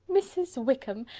mrs. wickham!